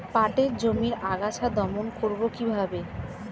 পাটের জমির আগাছা দমন করবো কিভাবে?